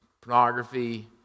pornography